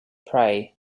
prey